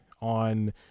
on